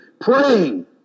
praying